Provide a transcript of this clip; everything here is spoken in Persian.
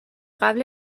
قبل